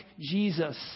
Jesus